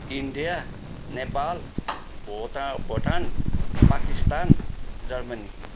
India Nepal भुता Bhutan Pakistan Germany